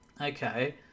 Okay